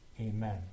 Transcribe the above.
Amen